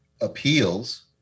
appeals